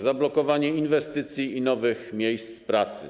Zablokowanie inwestycji i nowych miejsc pracy.